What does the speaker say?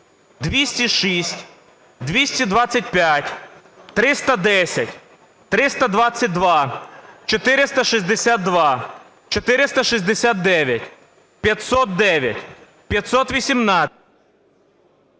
206, 225, 310, 322, 462, 469, 509, 518...